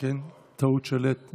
אתה לא יכול.